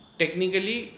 technically